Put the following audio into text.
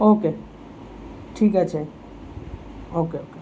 ওকে ঠিক আছে ওকে ওকে